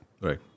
Right